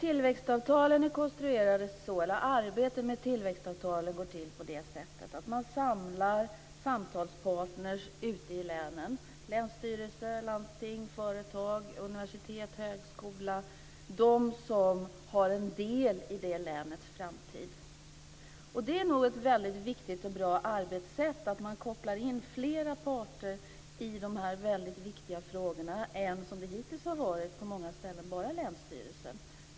Fru talman! Arbetet med tillväxtavtalen går till på det sättet att man samlar samtalspartner ute i länet: länsstyrelse, landsting, företag, universitet, högskola, dvs. de som har en del i länets framtid. Och det är nog ett väldigt viktigt och bra arbetssätt att koppla in flera parter i dessa väldigt viktiga frågor än, som det hittills har varit på många ställen, bara länsstyrelsen.